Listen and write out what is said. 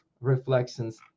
reflections